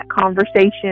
conversation